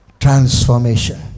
transformation